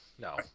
No